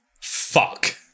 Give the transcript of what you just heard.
fuck